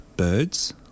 Birds